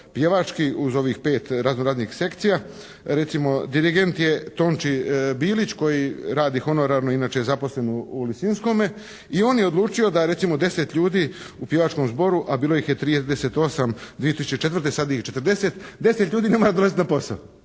pjevački uz ovih pet razno raznih sekcija. Recimo dirigent je Tonči Bilić koji radi honorarno, inače je zaposlen u Lisinskome i on je odlučio da recimo 10 ljudi u pjevačkom zboru, a bilo ih je 38 2004. a sad ih je 40. 10 ljudi ne mora dolaziti na posao.